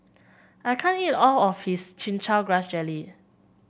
I can't eat all of this Chin Chow Grass Jelly